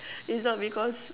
it's not because